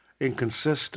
inconsistent